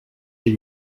chez